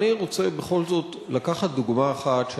אני רוצה בכל זאת לקחת דוגמה אחת,